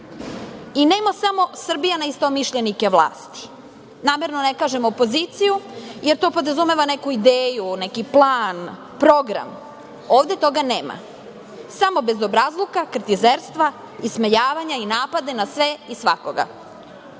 – ne. Nema samo Srbija neistomišljenike vlasti. Namerno ne kažem opoziciju, jer to podrazumeva neku ideju, neki plan, program. Ovde toga nema, samo bezobrazluka, kritizerstva, ismejavanja i napade na sve i svakoga.